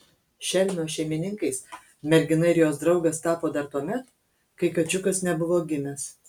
šelmio šeimininkais mergina ir jos draugas tapo dar tuomet kai kačiukas nebuvo gimęs